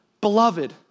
Beloved